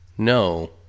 No